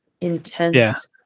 intense